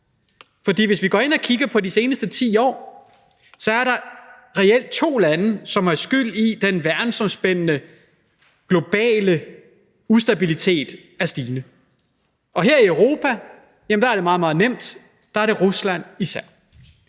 For hvis vi går ind og kigger på de seneste 10 år, er der reelt to lande, som er skyld i, at den verdensomspændende, den globale ustabilitet er stigende. Her i Europa er det meget, meget nemt: Der er det især